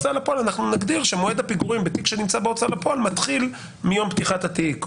ונגדיר שמועד הפיגורים בתיק שנמצא בהוצאה לפועל מתחיל מיום פתיחת התיק,